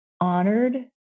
honored